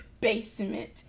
basement